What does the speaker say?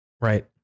Right